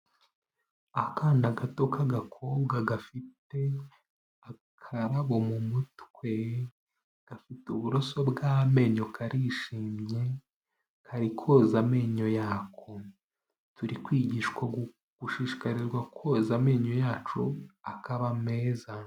Akana gato k'agakobwa gafite akarabo mu mutwe, gafite uburoso bw'amenyo karishimye, kari koza amenyo yako, turi kwigishwa gushishikarizwa koza amenyo yacu akaba meza.